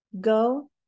go